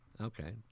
Okay